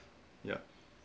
ya